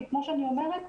כי כמו שאני אומרת,